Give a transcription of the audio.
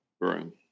room